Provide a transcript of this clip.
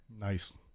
Nice